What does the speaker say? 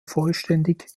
vollständig